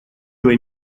due